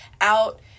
out